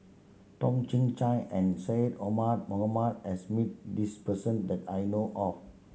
Toh Chin Chye and Syed Omar Mohamed has meet this person that I know of